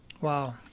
Wow